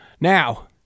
Now